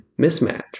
mismatch